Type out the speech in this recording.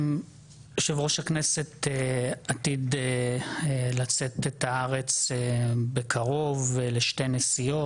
יושב-ראש הכנסת עתיד לצאת את הארץ בקרוב לשתי נסיעות.